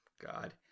God